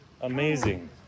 Amazing